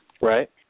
right